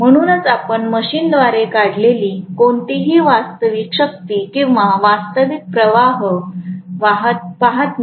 म्हणूनच आपण मशीनद्वारे काढलेली कोणतीही वास्तविक शक्ती किंवा वास्तविक प्रवाह पाहत नाही